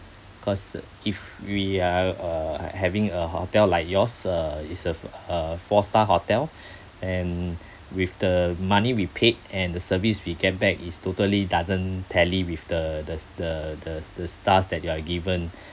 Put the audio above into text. cause if we are uh having a hotel like yours uh it's a a four star hotel and with the money we paid and the service we get back is totally doesn't tally with the the the the the stars that you are given